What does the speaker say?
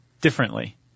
Differently